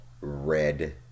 red